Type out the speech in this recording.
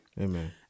Amen